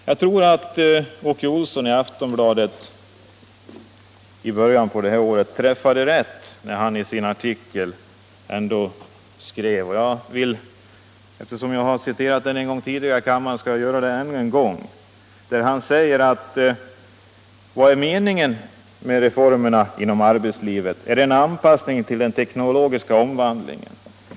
Jag tror att Åke Olsson i Aftonbladet i början på det här året träffade rätt när han i sin artikel — eftersom jag har citerat honom i kammaren tidigare skall jag göra det ännu en gång —- undrade vad meningen med reformerna inom arbetslivet är. Han skrev: ”Är då de nya reformerna inom arbetslivet en anpassning till den tek nologiska omvandlingen?